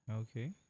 Okay